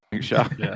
sure